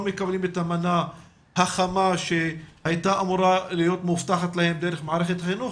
מקבלים את המנה החמה שהייתה אמורה להיות מובטחת להם דרך מערכת החינוך